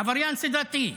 עבריין סדרתי.